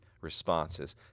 responses